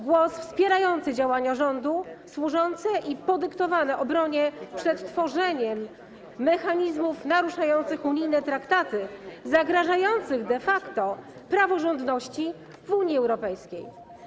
Głos wspierający działania rządu służące obronie, podyktowane obroną przed tworzeniem mechanizmów naruszających unijne traktaty, zagrażających de facto praworządności w Unii Europejskiej.